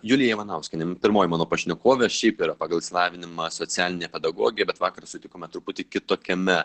julija ivanauskienė pirmoji mano pašnekovė šiaip yra pagal išsilavinimą socialinė pedagogė bet vakar sutikome truputį kitokiame